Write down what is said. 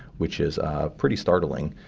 which is pretty startling,